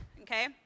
okay